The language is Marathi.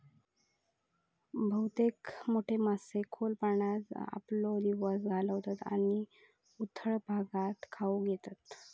बहुतेक मोठे मासे खोल पाण्यात आपलो दिवस घालवतत आणि उथळ भागात खाऊक येतत